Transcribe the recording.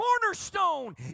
cornerstone